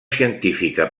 científica